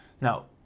Now